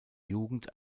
jugend